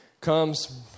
comes